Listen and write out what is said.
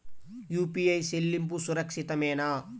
UPI చెల్లింపు సురక్షితమేనా?